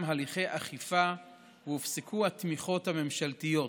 הליכי אכיפה והופסקו התמיכות הממשלתיות.